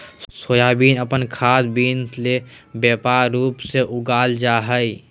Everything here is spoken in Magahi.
सोयाबीन अपन खाद्य बीन ले व्यापक रूप से उगाल जा हइ